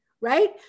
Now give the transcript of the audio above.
right